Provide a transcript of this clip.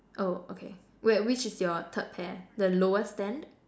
oh okay where which is your third pair the lowest stand